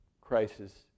crisis